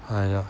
ah ya